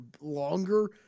longer